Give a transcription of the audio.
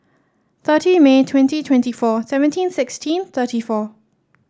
thirty May twenty twenty four seventeen sixteen thirty four